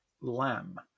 Lamb